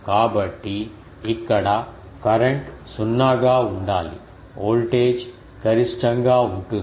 కాబట్టి ఇక్కడ కరెంట్ సున్నాగా ఉండాలి వోల్టేజ్ గరిష్టంగా ఉంటుంది